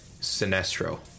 Sinestro